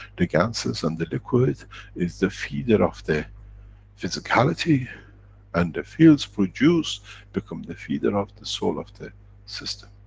the ganses and the liquid is the feeder of the physicality and the fields produced become the feeder of the soul of the system.